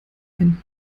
einen